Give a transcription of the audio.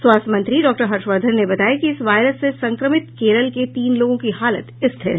स्वास्थ्य मंत्री डॉक्टर हर्षवर्धन ने बताया कि इस वायरस से संक्रमित केरल के तीन लोगों की हालत स्थिर है